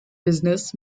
business